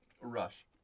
Rush